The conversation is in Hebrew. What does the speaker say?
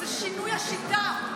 זה שינוי השיטה,